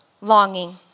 longing